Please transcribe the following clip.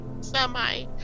semi